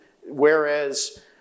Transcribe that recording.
whereas